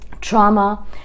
trauma